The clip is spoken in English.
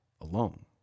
alone